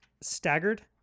Staggered